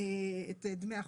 הקודמות את דמי החופשה.